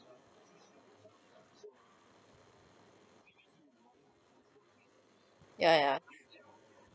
ya ya